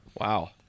Wow